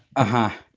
ah huh.